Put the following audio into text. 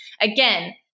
Again